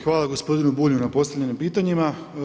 Hvala gospodinu Bulju na postavljenim pitanjima.